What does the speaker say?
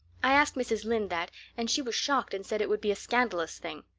i asked mrs. lynde that and she was shocked and said it would be a scandalous thing.